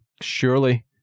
surely